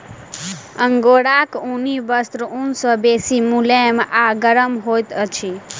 अंगोराक ऊनी वस्त्र ऊन सॅ बेसी मुलैम आ गरम होइत अछि